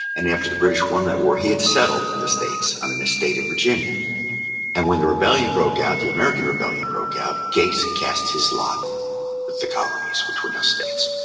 and after the british won that war, he had settled in the states, on an estate of virginia and when the rebellion broke out, the american rebellion broke out, gates cast his lot with the colonies, which were now states.